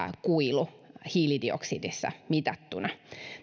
kuilu hiilidioksidissa mitattuna